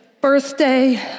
birthday